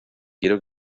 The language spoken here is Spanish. quiero